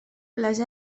les